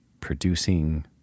producing